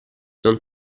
non